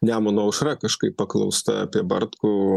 nemuno aušra kažkaip paklausta apie bartkų